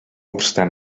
obstant